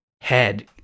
head